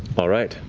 all right.